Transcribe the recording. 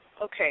Okay